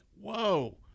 whoa